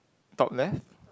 top left